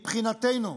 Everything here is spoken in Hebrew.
מבחינתנו,